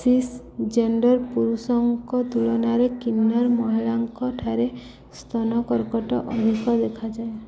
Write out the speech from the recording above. ସିସ୍ gender ପୁରୁଷଙ୍କ ତୁଳନାରେ କିନ୍ନର ମହିଳାଙ୍କ ଠାରେ ସ୍ତନ କର୍କଟ ଅଧିକ ଦେଖାଯାଏ